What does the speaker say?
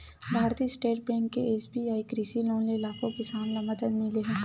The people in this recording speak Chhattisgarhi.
भारतीय स्टेट बेंक के एस.बी.आई कृषि लोन ले लाखो किसान ल मदद मिले हे